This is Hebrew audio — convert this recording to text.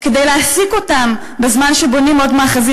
כדי להעסיק אותם בזמן שבונים עוד מאחזים